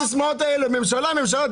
כל הסיסמאות האלה ממשלה, ממשלה.